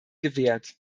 gewährt